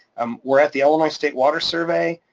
um we're at the illinois state water survey.